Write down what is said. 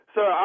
Sir